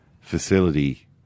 facility